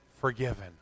forgiven